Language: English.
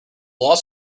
loss